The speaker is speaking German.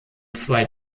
zwei